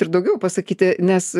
ir daugiau pasakyti nes